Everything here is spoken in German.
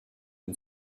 den